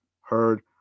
heard